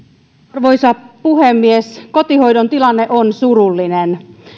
arvoisa puhemies kotihoidon tilanne on surullinen